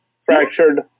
Fractured